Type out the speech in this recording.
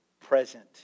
present